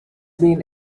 been